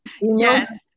Yes